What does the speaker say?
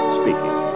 speaking